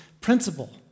principle